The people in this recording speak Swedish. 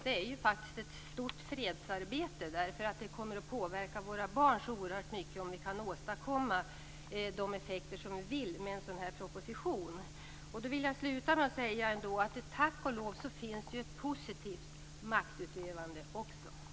Det är faktiskt ett stort fredsarbete också, eftersom det kommer att påverka våra barn oerhört mycket om vi kan åstadkomma de effekter som vi vill uppnå med en sådan här proposition. Jag vill sluta med att säga att det tack och lov finns ett positivt maktutövande också.